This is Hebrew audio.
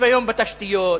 שוויון בתשתיות,